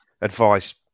advice